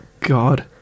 God